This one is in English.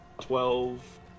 twelve